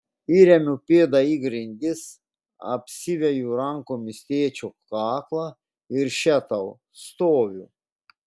įremiu pėdą į grindis apsiveju rankomis tėčio kaklą ir še tau stoviu